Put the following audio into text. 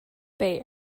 bay